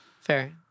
Fair